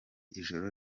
ijoro